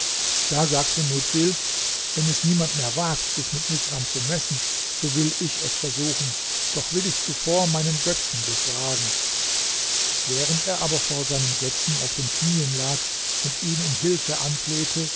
da sagte mudsil wenn es niemand mehr wagt sich mit misram zu messen so will ich es versuchen doch will ich zuvor meinen götzen befragen während er aber vor seinem götzen auf den knieen lag und ihn um hilfe anflehte